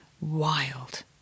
wild